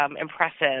impressive